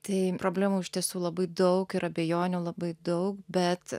tai problemų iš tiesų labai daug ir abejonių labai daug bet